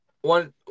One